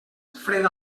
fred